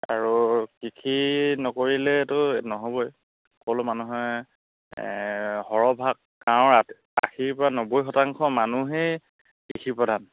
আৰু কৃষি নকৰিলেতো নহ'বই সকলো মানুহে সৰহভাগ গাঁৱৰ আ আশীৰ পৰা নব্বৈ শতাংশ মানুহেই কৃষি প্ৰধান